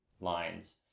lines